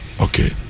Okay